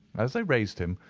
as they raised him,